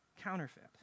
counterfeit